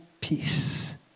peace